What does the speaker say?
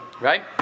Right